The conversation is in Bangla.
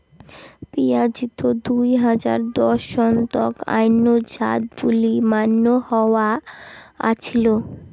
পিঁয়াজিত দুই হাজার দশ সন তক অইন্য জাত বুলি মান্য হয়া আছিল